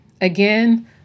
Again